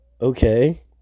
okay